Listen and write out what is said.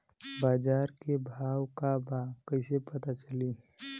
बाजार के भाव का बा कईसे पता चली?